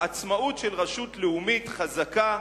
העצמאות של רשות לאומית חזקה,